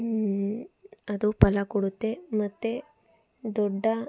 ಅದು ಫಲ ಕೊಡುತ್ತೆ ಮತ್ತೆ ದೊಡ್ಡ